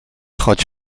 choć